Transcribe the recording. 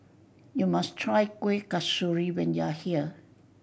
you must try Kuih Kasturi when you are here